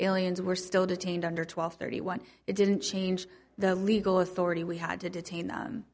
aliens were still detained under twelve thirty one it didn't change the legal authority we had to detain